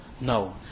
no